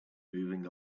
moving